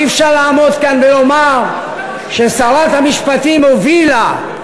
אי-אפשר לעמוד כאן ולומר ששרת המשפטים הובילה,